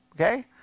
okay